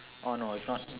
oh no it's not